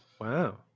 Wow